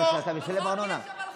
הוא ישלם ארנונה עכשיו.